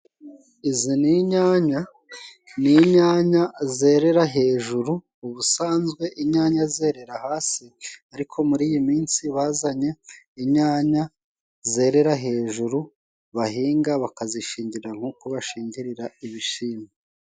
Izi ni inyanya. Ni inyanya zerera hejuru, ubusanzwe inyanya zerera hasi ariko muri iyi minsi bazanye inyanya zerera hejuru bahinga bakazishingira nkuko bashingirira ibishimbo.